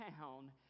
town